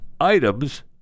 items